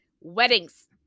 Weddings